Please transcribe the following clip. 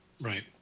Right